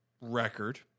record